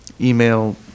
email